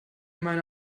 meine